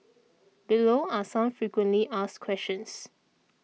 below are some frequently asked questions